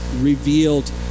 revealed